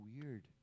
weird